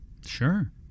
Sure